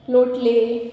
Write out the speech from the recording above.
लोटलें